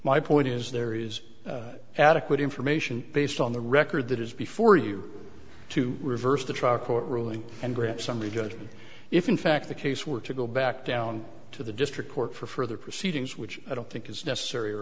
my point is there is adequate information based on the record that is before you to reverse the trial court ruling and grant summary judgment if in fact the case were to go back down to the district court for further proceedings which i don't think is necessary or